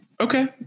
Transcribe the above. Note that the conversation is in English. Okay